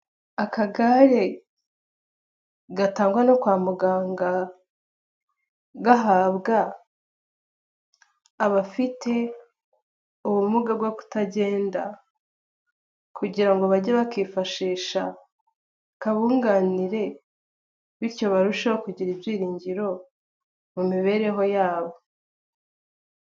Akagare gatangwa no kwa muganga gahabwa abafite ubumuga bwo kutagenda kugira ngo bajye bakifashisha kabunganire bityo barusheho kugira ibyiringiro mu mibereho yabo.